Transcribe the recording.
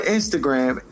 Instagram